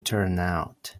turnout